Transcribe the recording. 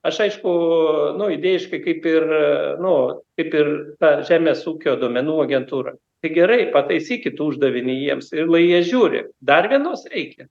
aš aišku nu idėjiškai kaip ir nu kaip ir ta žemės ūkio duomenų agentūra tai gerai pataisykit uždavinį jiems ir lai jie žiūri dar vienos reikia